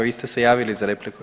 Vi ste se javili za repliku?